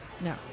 No